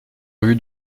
rue